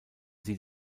sie